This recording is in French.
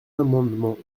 amendements